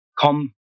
come